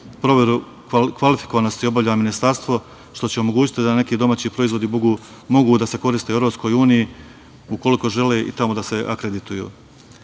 provere kvalifikovanosti obavlja ministarstvo, što će omogućiti da neki domaći proizvodi mogu da se koriste u EU ukoliko žele i tamo da se